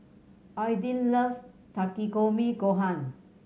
Aydin loves Takikomi Gohan